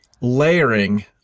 layering